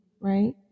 Right